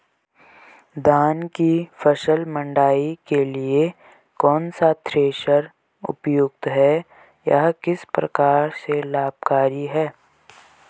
धान की फसल मड़ाई के लिए कौन सा थ्रेशर उपयुक्त है यह किस प्रकार से लाभकारी है?